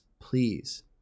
please